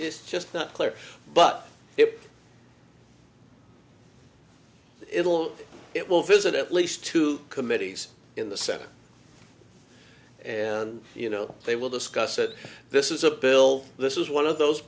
it's just not clear but it it will it will visit at least two committees in the senate and you know they will discuss it this is a bill this is one of those